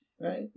right